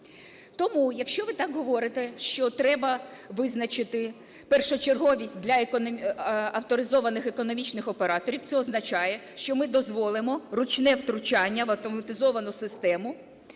Тому, якщо ви так говорите, що треба визначити першочерговість для авторизованих економічних операторів – це означає, що ми дозволимо ручне втручання в автоматизовану систему